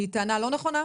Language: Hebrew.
היא טענה לא נכונה?